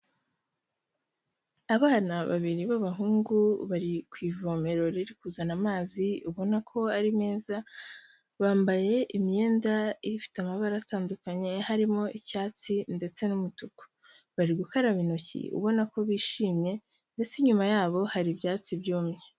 Abana babiri b'abahungu bari ku ivomero riri kuzana amazi ubona ko ari meza, bambaye imyenda ifite amabara atandukanye harimo icyatsi ndetse n'umutuku, bari gukaraba intoki ubona ko bishimye ndetse inyuma yabo hari ibyatsi byumye.